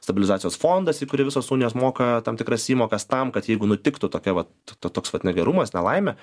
stabilizacijos fondas į kurį visos unijos moka tam tikras įmokas tam kad jeigu nutiktų tokia vat toks vat negerumas nelaimė